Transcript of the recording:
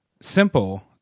simple